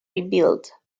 rebuilt